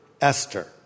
Esther